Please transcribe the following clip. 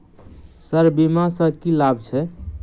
Sir बीमा सँ की लाभ छैय?